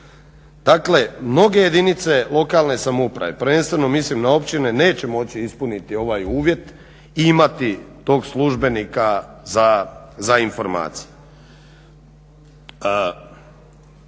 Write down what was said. Dakle, mnoge jedinice lokalne samouprave prvenstveno mislim na općine neće moći ispuniti ovaj uvjet i imati tog službenika za informacije.